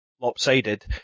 lopsided